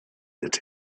that